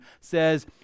says